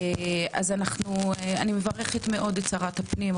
אז אני מברכת מאוד את שרת הפנים,